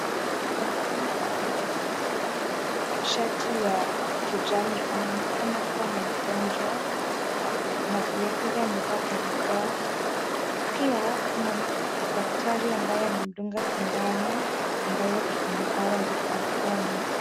Mwanaume aliyevaa shati ya kijani anaonekana kuwa ni mgonjwa na vilevile amevaa barakoa. Pia kuna daktari ambaye anamdunga sindano ambayo iko na dawa ya kumponya.